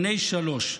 בני שלוש,